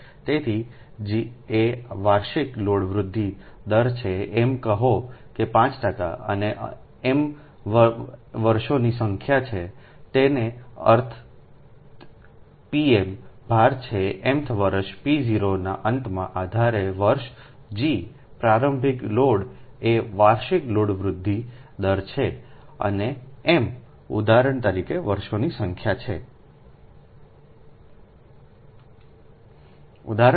તેથી જી એ વાર્ષિક લોડ વૃદ્ધિ દર છે એમ કહો કે 5 ટકા અને એમ વર્ષોની સંખ્યા છેતેનો અર્થ pm ભાર છે mth વર્ષ p0 ના અંતમાં આધાર વર્ષ g પ્રારંભિક લોડ એ વાર્ષિક લોડ વૃદ્ધિ દર છે અને એમ ઉદાહરણ તરીકે વર્ષોની સંખ્યા છે એ